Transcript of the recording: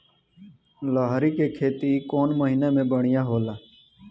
लहरी के खेती कौन महीना में बढ़िया होला?